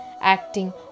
acting